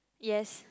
yes